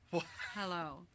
hello